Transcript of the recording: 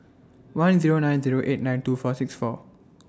one Zero nine Zero eight nine two four six four